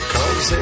Cause